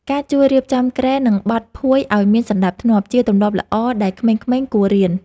ការជួយរៀបចំគ្រែ និងបត់ភួយឱ្យមានសណ្តាប់ធ្នាប់ ជាទម្លាប់ល្អដែលក្មេងៗគួររៀន។